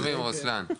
שומעים אותי?